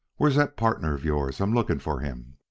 where's that pardner of yours? i'm looking for him.